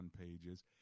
pages